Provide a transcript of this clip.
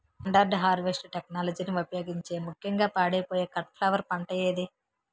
Standard harvest టెక్నాలజీని ఉపయోగించే ముక్యంగా పాడైపోయే కట్ ఫ్లవర్ పంట ఏది?